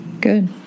good